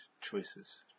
Choices